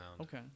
Okay